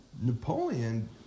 Napoleon